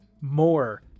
more